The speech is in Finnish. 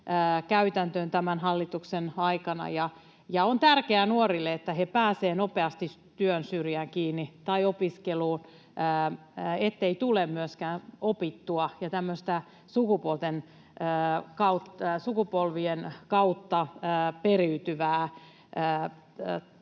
käytäntöön tämän hallituksen aikana. On tärkeää nuorille, että he pääsevät nopeasti työn syrjään kiinni tai opiskeluun, ettei myöskään tule opittua ja tämmöistä sukupolvien kautta periytyvää